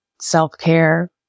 self-care